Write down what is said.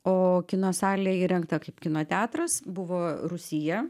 o kino salė įrengta kaip kino teatras buvo rūsyje